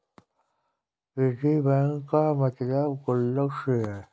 piggy bank का मतलब गुल्लक से है